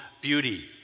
beauty